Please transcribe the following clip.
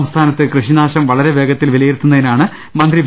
സംസ്ഥാനത്ത് കൃഷിനാശം വളരെ വേഗത്തിൽ വിലയി രുത്തുന്നതിനാണ് മന്ത്രി വി